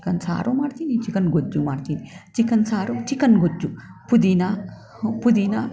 chicken ಸಾರು ಮಾಡ್ತೀನಿ chicken ಗೊಜ್ಜು ಮಾಡ್ತೀನಿ ಚಿಕನ್ ಸಾರು ಚಿಕನ್ ಗೊಜ್ಜು ಪುದೀನ ಪುದೀನ